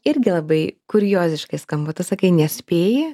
irgi labai kurioziškai skamba tu sakai nespėji